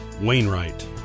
Wainwright